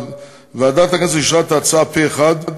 ועדת הכנסת אישרה את ההצעה פה-אחד,